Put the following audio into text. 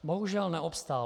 Bohužel neobstál.